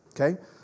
Okay